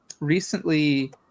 recently